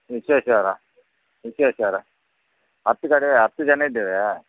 ವಿಶ್ವೇಶ್ವರ ವಿಶ್ವೇಶ್ವರ ಹತ್ತು ಕಡೆ ಹತ್ತು ಜನ ಇದ್ದೇವೆ